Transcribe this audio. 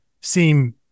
seem